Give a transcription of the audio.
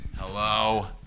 Hello